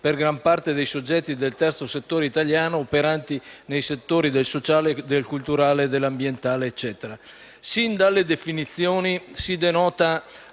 per gran parte dei soggetti del terzo settore italiano operanti nei settori del sociale, del culturale, dell'ambientale, eccetera. Sin dalle definizioni si denota